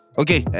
okay